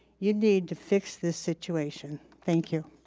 you need to fix this situation. thank you.